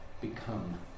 become